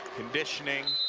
conditioning,